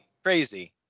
Crazy